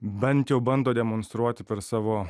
bent jau bando demonstruoti per savo